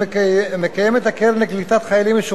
הקרן לקליטת חיילים משוחררים בשיתוף משרד